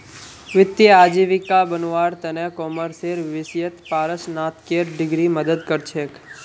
वित्तीय आजीविका बनव्वार त न कॉमर्सेर विषयत परास्नातकेर डिग्री मदद कर छेक